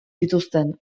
zituzten